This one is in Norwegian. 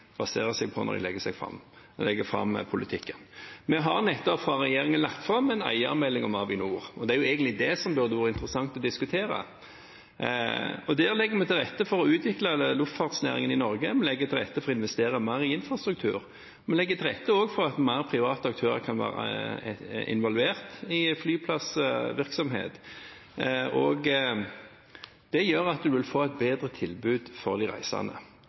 baserer seg på når den legger fram politikken. Vi har nettopp fra regjeringen lagt fram en eiermelding om Avinor. Det er egentlig den det burde vært interessant å diskutere. Der legger vi til rette for å utvikle luftfartsnæringen i Norge. Vi legger til rette for å investere mer i infrastruktur. Vi legger også til rette for at flere private aktører kan være involvert i flyplassvirksomhet. Det gjør at de reisende vil få et bedre tilbud.